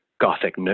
gothic